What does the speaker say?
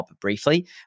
briefly